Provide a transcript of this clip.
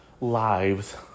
lives